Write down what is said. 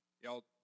Y'all